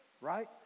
right